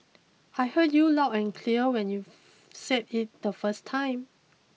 I heard you loud and clear when you said it the first time